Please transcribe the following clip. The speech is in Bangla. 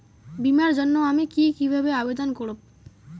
বিমার জন্য আমি কি কিভাবে আবেদন করব?